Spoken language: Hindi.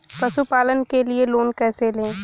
पशुपालन के लिए लोन कैसे लें?